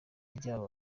ryabo